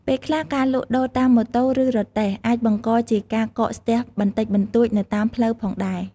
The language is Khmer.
ពេលខ្លះការលក់ដូរតាមម៉ូតូ ឬរទេះអាចបង្កជាការកកស្ទះបន្តិចបន្តួចនៅតាមផ្លូវផងដែរ។